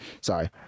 sorry